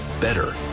better